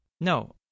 No